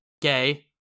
gay